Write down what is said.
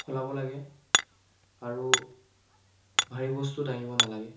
সলাব লাগে আৰু ভাৰী বস্তু দাঙিব নালাগে